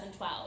2012